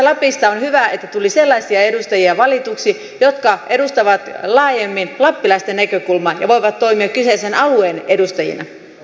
todellisuudessa on hyvä että lapista tuli sellaisia edustajia valituksi jotka edustavat laajemmin lappilaista näkökulmaa ja voivat toimia kyseisen alueen edustajina